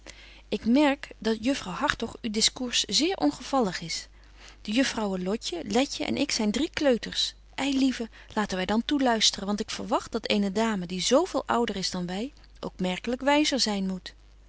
ik merk dat juffrouw hartog uw discours zeer ongevallig is de juffrouwen lotje letje en ik zyn drie kleuters ei lieve laten wy dan toeluisteren want ik verwagt dat eene dame die zo veel ouder is dan wy ook merkelyk wyzer zyn moet